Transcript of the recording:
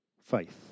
Faith